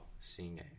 seeing